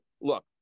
look